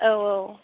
औ औ